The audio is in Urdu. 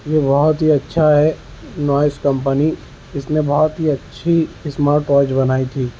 یہ بہت ہی اچھا ہے نوائس کمپنی اس نے بہت ہی اچھی اسمارٹ واچ بنائی تھی